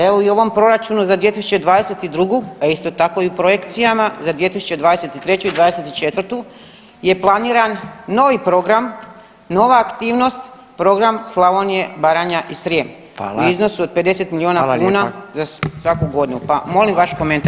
Evo i ovom proračunu za 2022., a isto tako i u projekcijama za 2023. i 24. je planiran novi program, nova aktivnost Program Slavonije, Baranja i Srijem u iznosu od 50 milijuna kuna za svaku godinu, pa molim vaš komentar.